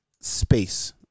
space